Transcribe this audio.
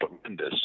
tremendous